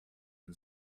and